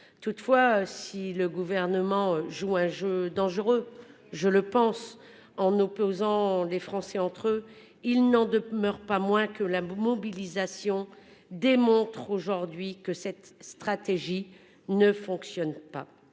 Toutefois, si le gouvernement joue un jeu dangereux. Je le pense, en opposant les Français entre eux, ils n'en meurs pas moins que la boue mobilisation démontre aujourd'hui que cette stratégie ne fonctionne pas.